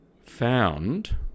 found